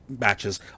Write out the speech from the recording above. matches